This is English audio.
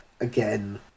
again